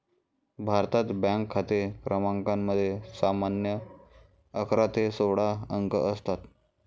भारतात, बँक खाते क्रमांकामध्ये सामान्यतः अकरा ते सोळा अंक असतात